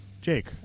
Jake